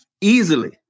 easily